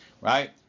Right